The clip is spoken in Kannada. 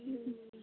ಹ್ಞೂ ಹ್ಞೂ ಹ್ಞೂ